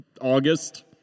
August